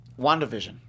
WandaVision